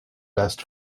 best